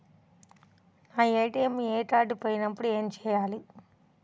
నా ATM card పోయినప్పుడు ఏమి చేయాలి?